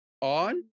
on